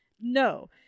No